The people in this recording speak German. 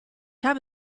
habe